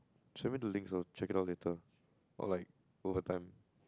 send me the links I'll check it out later or like over time